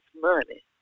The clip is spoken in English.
money